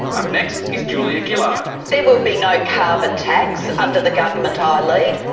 up next is. julia gillard. there will be no carbon tax under the government ah i lead.